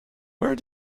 where